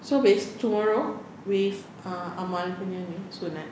so basically tomorrow with err amal punya ini sunat